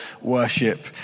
worship